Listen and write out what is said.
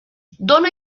dóna